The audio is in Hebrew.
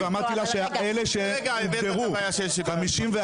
ואמרתי לה שאין צורך באלה שהוגדרו כ-51-63,